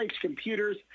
Computers